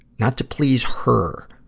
not to please her,